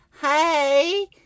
Hey